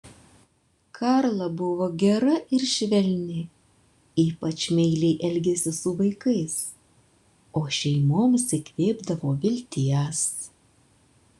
karla buvo gera ir švelni ypač meiliai elgėsi su vaikais o šeimoms įkvėpdavo vilties